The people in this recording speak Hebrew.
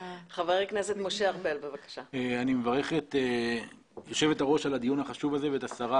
אני מברך את יושבת הראש על הדיון החשוב הזה ואת השרה